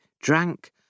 drank